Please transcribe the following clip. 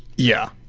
yeah!